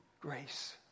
grace